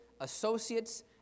associates